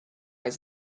his